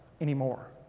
anymore